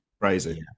Crazy